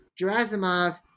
Gerasimov